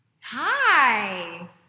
Hi